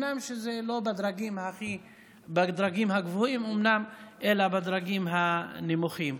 למרות שזה לא בדרגים הגבוהים אלה בדרגים הנמוכים.